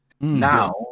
Now